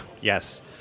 Yes